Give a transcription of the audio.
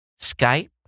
Skype